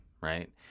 right